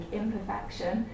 imperfection